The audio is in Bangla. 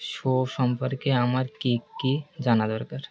শো সম্পর্কে আমার কী কী জানা দরকার